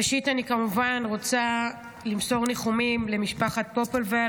,ראשית אני כמובן רוצה למסור ניחומים למשפחת פופלוול